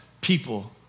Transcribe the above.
people